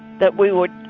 that we were